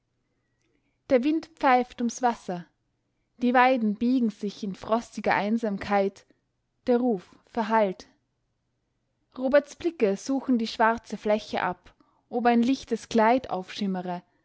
der wind pfeift ums wasser die weiden biegen sich in frostiger einsamkeit der ruf verhallt roberts blicke suchen die schwarze fläche ab ob ein lichtes kleid